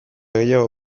gehiago